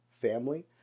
family